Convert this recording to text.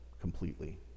completely